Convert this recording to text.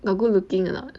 no good looking or not